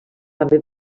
també